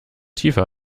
tiefer